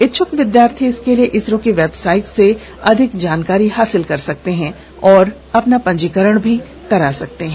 इच्छ्क विद्यार्थी इसके लिए इसरो की वेबसाइट से अधिक जानकारी हासिल कर सकते हैं और अपना पंजीकरण भी करा सकते हैं